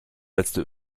letzte